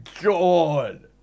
god